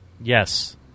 Yes